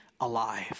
alive